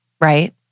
right